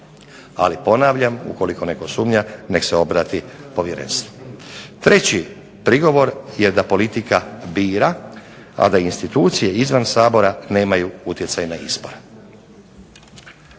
Ali ponavljam, ukoliko netko sumnja nek se obrati povjerenstvu. Treći prigovor je da politika bira, a da institucije izvan Sabora nemaju utjecaj na izbor.